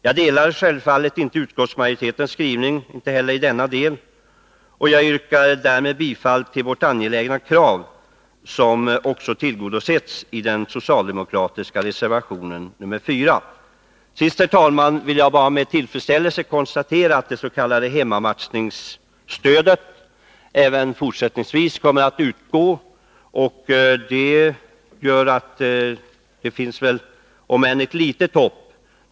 Jag instämmer självfallet inte i utskottsmajoritetens skrivning heller i denna del, och jag yrkar härmed bifall till det angelägna motionskravet, som också har tillgodosetts i den socialdemokratiska reservationen 4. Till sist, herr talman, vill jag bara med tillfredsställelse konstatera att det s.k. hemmamatchningsstödet även fortsättningsvis kommer att utgå. Det gör att det finns ett hopp, om än litet.